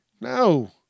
No